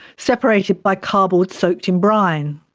separated by cardboard soaked in brine.